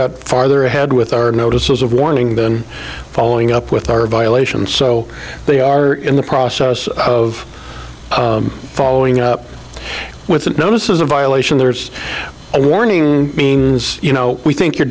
got farther ahead with our notices of warning than following up with our violations so they are in the process of following up with a notice is a violation there's a warning you know we think you're